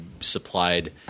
supplied